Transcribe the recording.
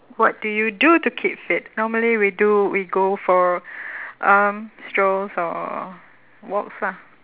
what do you do to keep fit normally we do we go for um strolls or or or walks lah